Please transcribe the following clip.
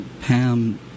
pam